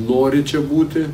nori čia būti